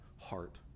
heart